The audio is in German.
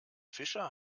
fischer